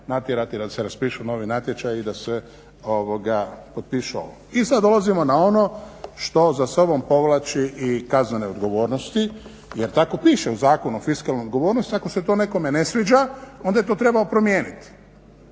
natjerati da se raspišu novi natječaji, da se potpiše ovo? I sad dolazimo na ono što za sobom povlači i kaznene odgovornosti jer tako piše u Zakonu o fiskalnoj odgovornosti. Ako se to nekome ne sviđa, onda je to trebao promijeniti